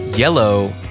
Yellow